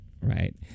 right